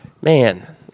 man